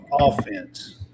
offense